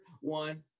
one